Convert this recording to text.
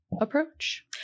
approach